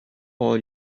all